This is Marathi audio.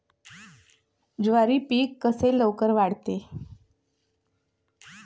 ज्वारी पीक कसे लवकर वाढते?